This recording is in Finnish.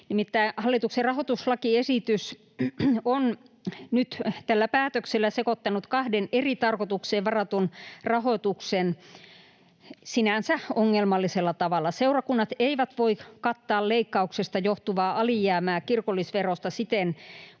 Nimittäin hallituksen rahoituslakiesitys on nyt tällä päätöksellä sekoittanut kahden eri tarkoitukseen varatun rahoituksen sinänsä ongelmallisella tavalla. Seurakunnat eivät voi kattaa leikkauksesta johtuvaa alijäämää kirkollisverosta siten